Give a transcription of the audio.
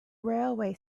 railway